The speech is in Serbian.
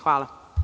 Hvala.